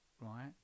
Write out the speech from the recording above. right